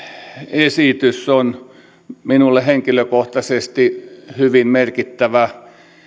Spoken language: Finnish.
esitys on minulle henkilökohtaisesti hyvin merkittävä